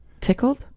tickled